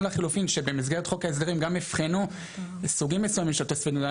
או לחילופין שבמסגרת חוק ההסדרים גם יבחנו סוגים מסוימים של תוספי מזון.